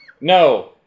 No